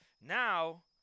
Now